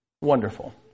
wonderful